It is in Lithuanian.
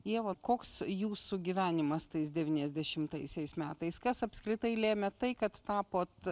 ieva koks jūsų gyvenimas tais devyniasdešimtaisiais metais kas apskritai lėmė tai kad tapot